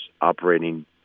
operating